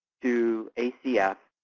to acf